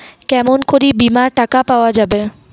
কেমন করি বীমার টাকা পাওয়া যাবে?